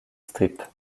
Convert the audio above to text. strip